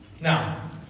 Now